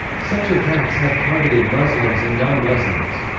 such attacks have targeted muslims and non-muslims.